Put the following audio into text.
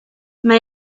mae